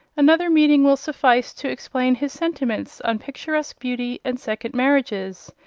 another meeting will suffice to explain his sentiments on picturesque beauty, and second marriages,